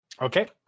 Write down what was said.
okay